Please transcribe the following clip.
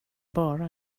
bara